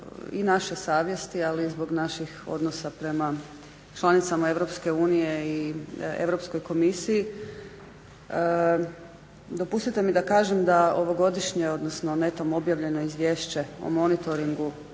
naše savjesti ali i zbog naših odnosa prema članicama EU i Europskoj komisiji. Dopustite mi da kažem da ovogodišnje odnosno netom objavljeno izvješće o monitoringu